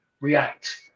react